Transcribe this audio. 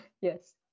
yes